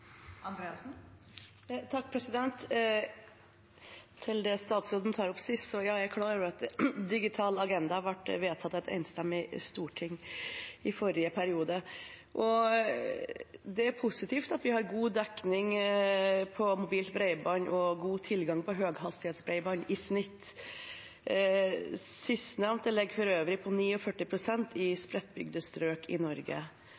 statsråden tok opp sist: Ja, jeg er klar over at Digital agenda ble vedtatt av et enstemmig storting i forrige periode. Det er positivt at vi har god dekning på mobilt bredbånd og god tilgang på høyhastighetsbredbånd i snitt. Sistnevnte ligger for øvrig på 49 pst. i spredtbygde strøk i Norge.